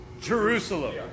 Jerusalem